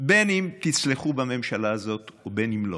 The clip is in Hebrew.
בין שתצלחו בממשלה הזאת ובין שלא,